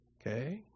Okay